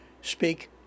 speak